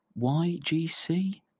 YGC